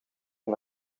van